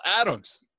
Adams